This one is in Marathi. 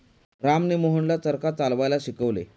रामने मोहनला चरखा चालवायला शिकवले